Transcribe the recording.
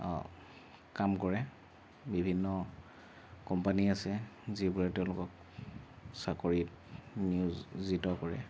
কাম কৰে বিভিন্ন কোম্পানী আছে যিবোৰে তেওঁলোকক চাকৰিত নিয়োজিত কৰে